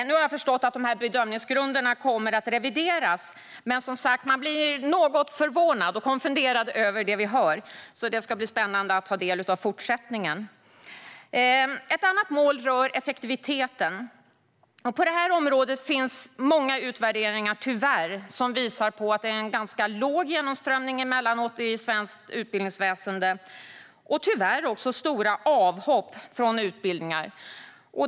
Nu har jag förstått att de här bedömningsgrunderna kommer att revideras, och eftersom man som sagt blir något förvånad och konfunderad över det vi hör ska det bli spännande att ta del av fortsättningen. Ett annat mål rör effektiviteten. På det området finns många utvärderingar som tyvärr visar att det emellanåt är en låg genomströmning i svenskt utbildningsväsen och tyvärr också stora avhopp från utbildningar.